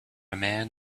man